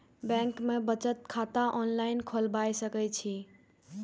Bank में बचत खाता ऑनलाईन खोलबाए सके छी?